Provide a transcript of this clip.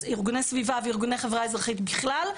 ארגוני סביבה וארגוני חברה אזרחית בכלל,